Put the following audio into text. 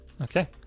Okay